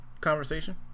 conversation